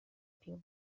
più